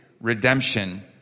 redemption